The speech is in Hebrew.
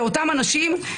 החוק.